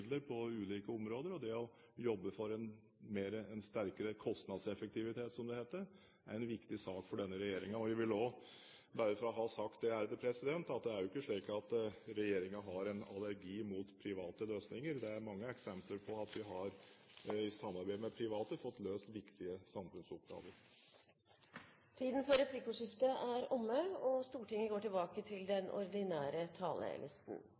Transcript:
midler på ulike områder. Det å jobbe for en sterkere kostnadseffektivitet, som det heter, er en viktig sak for denne regjeringen. Jeg vil også si – bare for å ha sagt det – at det er ikke slik at regjeringen har allergi mot private løsninger. Det er mange eksempler på at vi i samarbeid med private har fått løst viktige samfunnsoppgaver. Replikkordskiftet er omme. De talere som heretter får ordet, har en taletid på inntil 3 minutter. Høyre og